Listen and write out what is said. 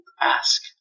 ask